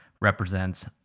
represents